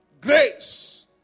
Grace